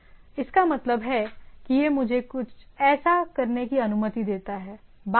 इसका मतलब है कि यह मुझे ऐसा करने की अनुमति देता है